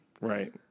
Right